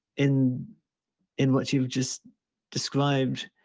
in in what you've just described,